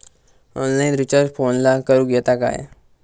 Online recharge फोनला करूक येता काय?